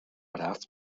رفت